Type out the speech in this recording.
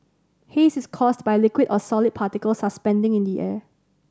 haze is caused by liquid or solid particles suspending in the air